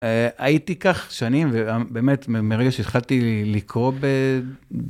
הייתי כך שנים, ובאמת מרגע שהתחלתי לקרוא ב...